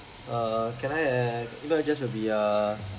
err can I have my email address will be err